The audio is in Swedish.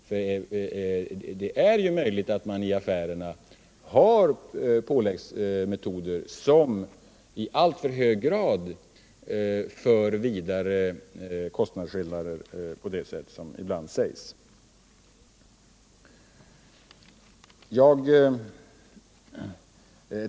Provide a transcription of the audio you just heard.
Möjligen har man i affärerna påläggsmetoder som i alltför hög grad medför kostnadsskillnader på det sätt som det ibland talas om.